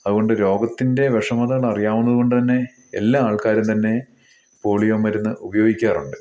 അതുകൊണ്ട് രോഗത്തിൻ്റെ വിഷമതകൾ അറിയാവുന്നത് കൊണ്ട് തന്നെ എല്ലാ ആൾക്കാരും തന്നെ പോളിയോ മരുന്ന് ഉപയോഗിക്കാറുണ്ട്